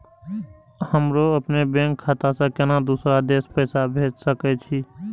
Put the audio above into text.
हमरो अपने बैंक खाता से केना दुसरा देश पैसा भेज सके छी?